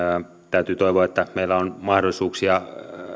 täytyy toivoa että meillä on mahdollisuuksia